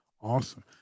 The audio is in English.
Awesome